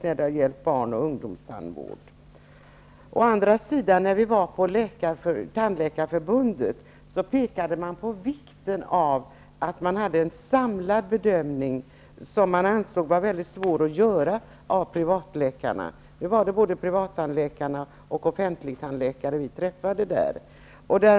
Å andra sidan vill jag nämna att när vi var på Tandläkarförbundet, där vi träffade både privattandläkare och offentligtandläkare, pekade man på vikten av en samlad bedömning, som man ansåg att det var svårt för privattandläkare att göra.